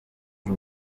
ari